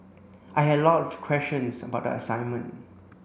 I had a lot of questions about the assignment